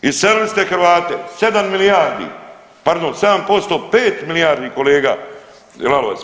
Iselili ste Hrvate 7 milijardi, pardon 7% pet milijardi kolega Lalovac.